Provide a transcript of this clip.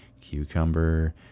cucumber